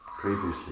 previously